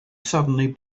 suddenly